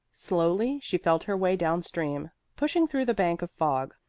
slowly she felt her way down-stream, pushing through the bank of fog,